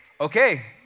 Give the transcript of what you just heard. okay